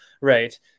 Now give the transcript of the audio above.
right